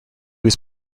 was